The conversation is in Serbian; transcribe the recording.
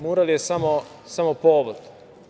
Mural je samo povod.